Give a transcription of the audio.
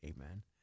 amen